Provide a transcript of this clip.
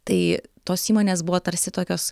tai tos įmonės buvo tarsi tokios